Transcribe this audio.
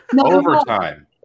Overtime